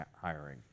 hiring